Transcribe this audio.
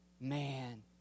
man